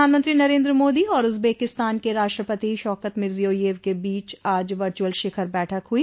प्रधानमंत्री नरेन्द्र मोदी और उज्बेकिस्तान के राष्ट्रपति शवकत मिर्जियोयेव के बीच आज वर्चुअल शिखर बैठक हुई